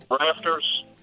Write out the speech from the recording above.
rafters